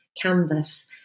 canvas